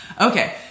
Okay